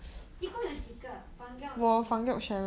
一共有几个 funguad 你